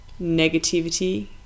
negativity